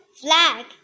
flag